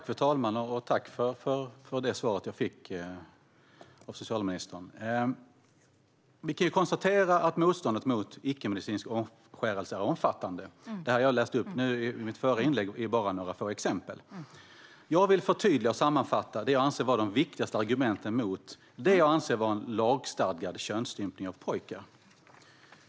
Fru talman! Tack för svaret jag fick, socialministern! Vi kan konstatera att motståndet mot icke-medicinsk omskärelse är omfattande. Det jag läste upp i mitt förra inlägg är bara några få exempel. Jag vill förtydliga och sammanfatta det jag anser vara de viktigaste argumenten mot det jag anser vara en lagstadgad könsstympning av pojkar.